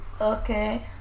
okay